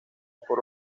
por